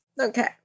Okay